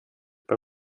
bei